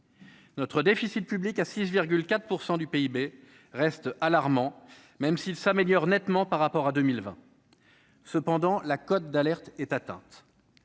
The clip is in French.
Notre déficit public à 6,4 % du PIB reste alarmant, même s'il s'améliore nettement par rapport à 2020, cependant, la cote d'alerte est atteinte,